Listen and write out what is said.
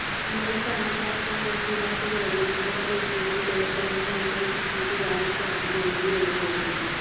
ಅನೇಕ ಹಣಕಾಸಿನ ವಹಿವಾಟುಗಳಲ್ಲಿ ಇತರ ರೀತಿಯಲ್ಲಿ ಬೆಲೆಗಳನ್ನು ಉಲ್ಲೇಖಿಸುವುದು ವಾಡಿಕೆ ಆಗಿದೆ ಎಂದು ಹೇಳಬಹುದು